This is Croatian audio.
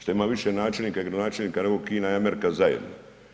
Šta imaju više načelnika i gradonačelnika nego Kina i Amerika zajedno.